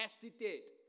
hesitate